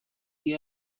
the